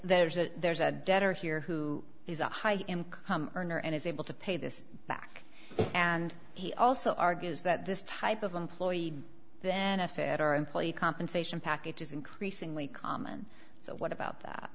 there's a there's a debtor here who is a high income earner and is able to pay this back and he also argues that this type of employee benefit or employee compensation package is increasingly common so what about that